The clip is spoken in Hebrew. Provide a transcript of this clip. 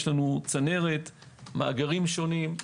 יש לנו צנרת, מאגרים שונים.